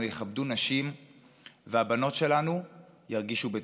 יכבדו נשים והבנות שלנו ירגישו בטוחות.